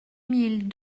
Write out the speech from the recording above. mille